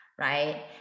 right